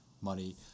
money